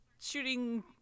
shooting